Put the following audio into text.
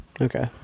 Okay